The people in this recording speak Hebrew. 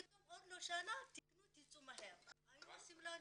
פתאום עוד לא שנה "תקנו, תצאו מהר" היו עושים לנו,